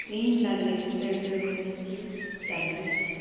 ᱤᱧ ᱞᱟ ᱜᱤᱫ ᱨᱮᱰᱤᱭᱚ ᱢᱤᱨᱪᱤ ᱪᱟᱹᱞᱩᱭ ᱢᱮ